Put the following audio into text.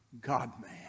God-man